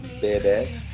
Baby